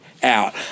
out